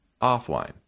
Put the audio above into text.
offline